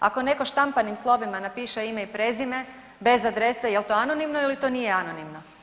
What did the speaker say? Ako neko štampanim slovima napiše ime i prezime bez adrese je li to anonimno ili to nije anonimno.